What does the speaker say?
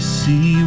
see